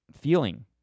feeling